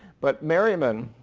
but merryman,